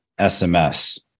SMS